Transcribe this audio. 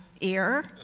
ear